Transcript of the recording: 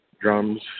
drums